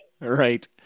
Right